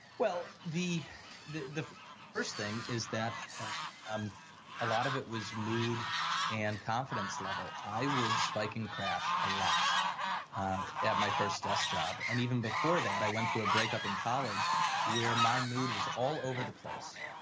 well, the the first thing is that um a lot of it was mood and confidence level, i would spike and crash a lot at my first desk job, and even before that i went through a breakup in college where my mood was all over the place,